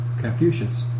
Confucius